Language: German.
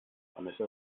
vanessa